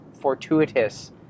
fortuitous